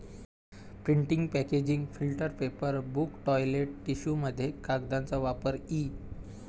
printing packaging filter paper book toilet टिश्यूमध्ये कागदाचा वापर इ